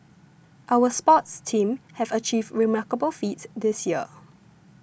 our sports teams have achieved remarkable feats this year